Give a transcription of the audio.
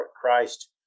Christ